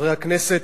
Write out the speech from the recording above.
חברי הכנסת,